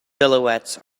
silhouettes